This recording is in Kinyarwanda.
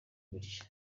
gutya